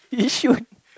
Yishun